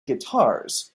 guitars